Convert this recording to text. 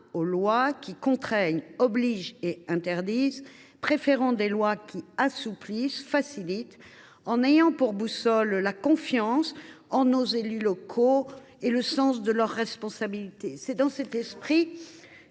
aux lois qui contraignent, obligent et interdisent. Préférons les lois qui assouplissent et facilitent, en ayant comme boussole la confiance en nos élus locaux et en leur sens des responsabilités. Excellent